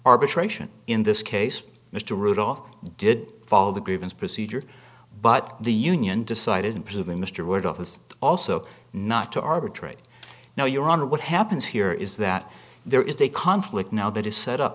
arbitration in this case mr rudolph did follow the grievance procedure but the union decided in proving mr wood office also not to arbitrate now you're on what happens here is that there is a conflict now that is set up